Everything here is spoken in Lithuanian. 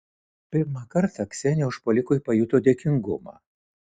pirmą kartą ksenija užpuolikui pajuto dėkingumą